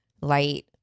light